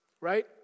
Right